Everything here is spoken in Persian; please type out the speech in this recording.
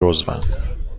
عضوم